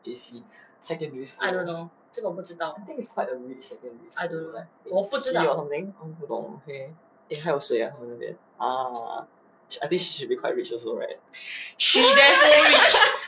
J_C secondary school I think it's quite a rich secondary school like it's C or something oh 不懂 okay eh 还有谁 ah 那边 ah I think sh~ she should be quite rich also right